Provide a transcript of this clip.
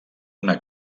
una